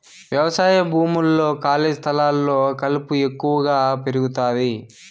వ్యవసాయ భూముల్లో, ఖాళీ స్థలాల్లో కలుపు ఎక్కువగా పెరుగుతాది